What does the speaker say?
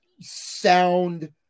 sound